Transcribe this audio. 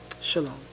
Shalom